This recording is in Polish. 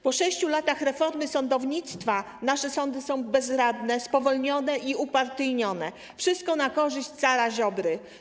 Po 6 latach reformy sądownictwa nasze sądy są bezradne, spowolnione i upartyjnione, wszystko na korzyść cara Ziobry.